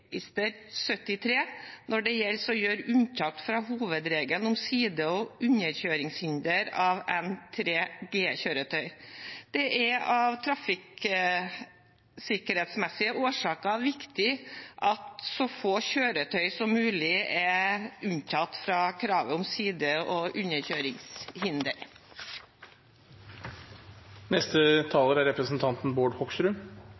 73 når det gjelder å gjøre unntak fra hovedregelen om side- og underkjøringshinder av N3G-kjøretøy. Det er av trafikksikkerhetsmessige årsaker viktig at så få kjøretøy som mulig er unntatt fra kravet om side- og